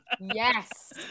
yes